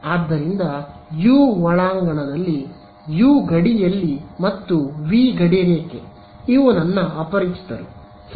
ಆದ್ದರಿಂದ ಯು ಒಳಾಂಗಣದಲ್ಲಿ ಯು ಗಡಿಯಲ್ಲಿ ಮತ್ತು ವಿ ಗಡಿರೇಖೆ ಇವು ನನ್ನ ಅಪರಿಚಿತರು ಸರಿ